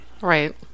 right